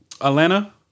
Atlanta